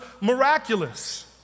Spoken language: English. miraculous